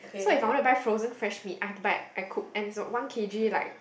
so if I want to buy frozen fresh meats I have to buy I cook and it also one K_G like